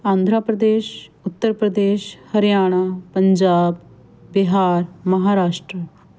Andhra Pradesh Uttar Pradesh Haryana Punjab Bihar Maharashtra